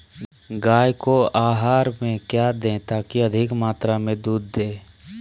गाय को आहार में क्या दे ताकि अधिक मात्रा मे दूध दे?